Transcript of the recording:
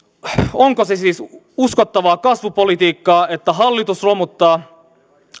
onko se siis uskottavaa kasvupolitiikkaa että hallitus romuttaa